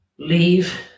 Leave